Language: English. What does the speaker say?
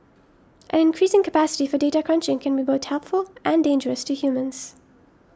an increasing capacity for data crunching can be both helpful and dangerous to humans